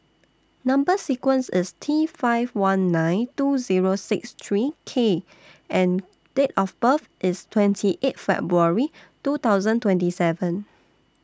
Number sequence IS T five one nine two Zero six three K and Date of birth IS twenty eight February two thousand twenty seven